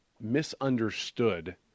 misunderstood